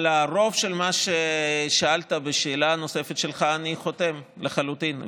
על רוב מה ששאלת בשאלה הנוספת שלך אני חותם לחלוטין,